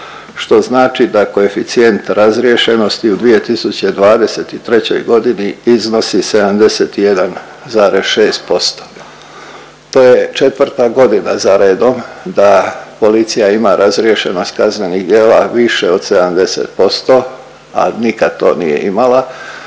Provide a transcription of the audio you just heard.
što znači da koeficijent razriješenosti u 2023. godini iznosi 71,6%. To je četvrta godina za redom da policija ima razriješenost kaznenih djela više od 70%, a nikad to nije imala.